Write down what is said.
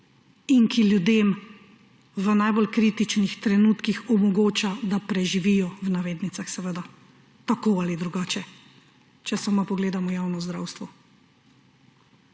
in ki ljudem v najbolj kritičnih trenutkih omogoča, da preživijo, v navednicah seveda, tako ali drugače, če samo pogledamo javno zdravstvo.